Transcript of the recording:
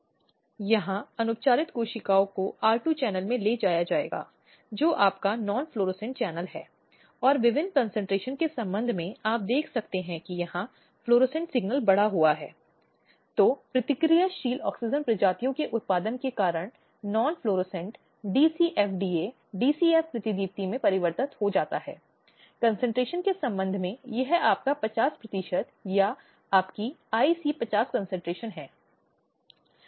इसलिए आपराधिक न्याय तंत्र के भीतर पुलिस की बहुत महत्वपूर्ण भूमिका होती है और उन्हें महिलाओं के कारण सहानुभूति रखने के लिए माना जाता है और यही वह जगह है जहाँ महिला पुलिस अधिकारी आगे भी महत्वपूर्ण हो जाती हैं